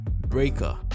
Breaker